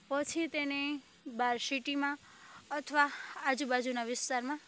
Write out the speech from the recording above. પછી તેની બહાર સિટીમાં અથવા આજુબાજુના વિસ્તારમાં